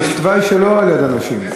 יש תוואי שלא על יד אנשים.